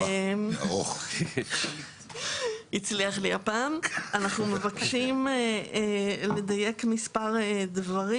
אנחנו מבקשים לדייק מספר דברים.